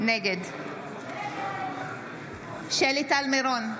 נגד שלי טל מירון,